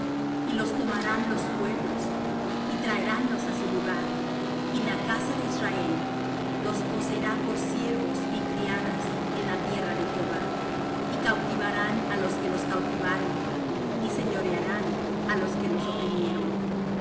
y los tomarán los pueblos y traeránlos á su lugar y la casa de israel los poseerá por siervos y criadas en la tierra de jehová y cautivarán á los que los cautivaron y señorearán á los que los oprimieron